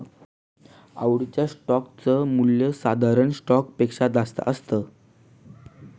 आवडीच्या स्टोक च मूल्य साधारण स्टॉक पेक्षा जास्त असत